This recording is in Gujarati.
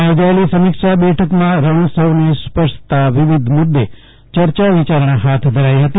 ભુજમાં ચોજાયેલી સમીક્ષા બેઠકમાં રણોત્સવને સ્પર્શતા વિવિધ મુદ્દે ચર્ચા વિચારણા હાથ ધરાઇ હતી